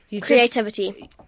Creativity